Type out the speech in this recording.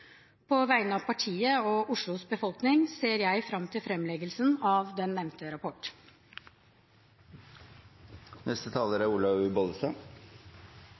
På vegne av partiet og Oslos befolkning ser jeg fram til framleggelsen av den nevnte rapport.